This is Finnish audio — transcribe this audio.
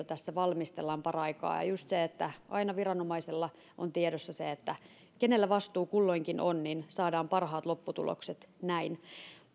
tässä valmistellaan paraikaa kun aina viranomaisella on tiedossa kenellä vastuu kulloinkin on niin saadaan parhaat lopputulokset näin